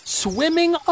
swimming